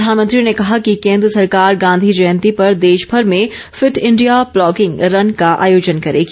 प्रधानमंत्री ने कहा कि केन्द्र सरकार गांधी जयंती पर देशभर में फिट इंडिया प्लॉगिंग रन का आयोजन करेगी